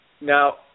Now